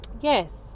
Yes